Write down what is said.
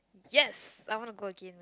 yes I want to go again